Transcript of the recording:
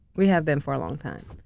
we have been for a long time.